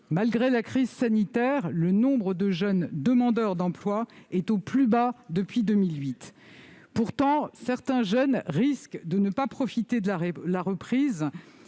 Malgré la crise sanitaire, le nombre de jeunes demandeurs d'emploi est au plus bas depuis 2008. Pourtant, certains jeunes risquent de ne pas profiter de la reprise